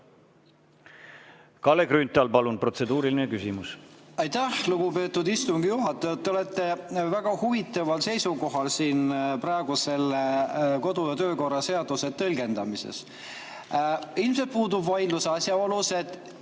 Kalle Grünthal, palun! Protseduuriline küsimus.